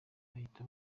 bahita